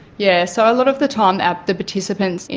yeah so a lot of the time ah the participants,